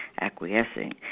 acquiescing